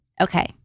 Okay